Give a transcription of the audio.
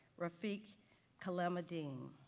rafiq kalam id-din.